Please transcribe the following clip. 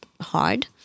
hard